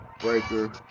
Breaker